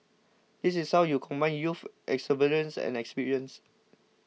this is how you combine youth exuberance and experience